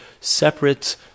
separate